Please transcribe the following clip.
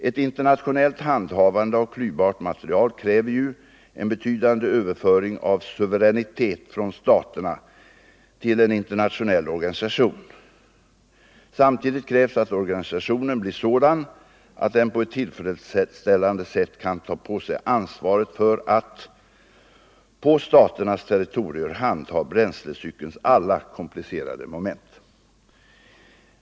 Ett internationellt handhavande av klyvbart material kräver ju en betydande överföring av suveränitet från staterna till en internationell organisation. Samtidigt krävs att organisationen blir sådan att den på ett tillfredsställande sätt kan ta på sig ansvaret för att, på staternas territorier, handha bränslecykelns alla komplicerade moment.